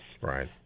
right